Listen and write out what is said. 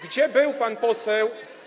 Gdzie był pan poseł?